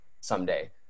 someday